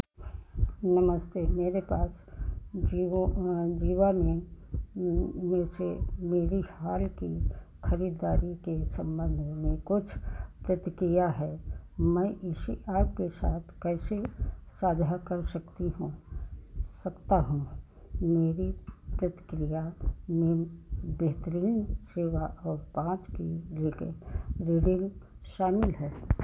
नमस्ते मेरे पास जिबो जिबा में में से मेरी हार की खरीददारी के संबंध में कुछ प्रतिक्रिया है मैं इसे आपके साथ कैसे साझा कर सकती हूँ सकता हूँ मेरी प्रतिक्रिया में बेहतरीन सेवा और रेटिंग शामिल है